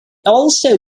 also